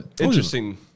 interesting